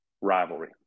rivalry